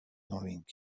knowing